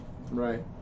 Right